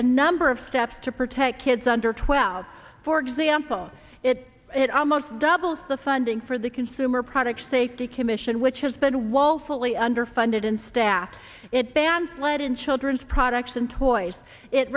a number of steps to protect kids under twelve for example it it almost doubles the funding for the consumer products safety commission which has been woefully underfunded and staffed it bans lead in children's products and toys it